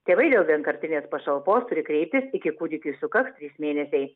tėvai dėl vienkartinės pašalpos turi kreiptis iki kūdikiui sukaks trys mėnesiai